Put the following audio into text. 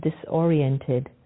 disoriented